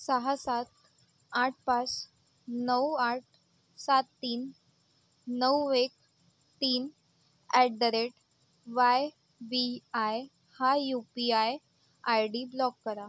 सहा सात आठ पाच नऊ आठ सात तीन नऊ एक तीन at the rate Y B I हा U P I I D block करा